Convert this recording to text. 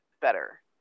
better